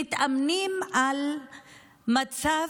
מתאמנים על מצב,